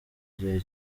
gihe